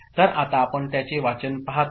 तर आता आपण त्याचे वाचन पाहतो